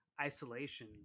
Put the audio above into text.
isolation